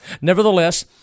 Nevertheless